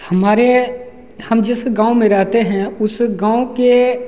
हमारे हम जिस गाँव में रहते हैं उस गाँव के